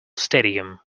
stadium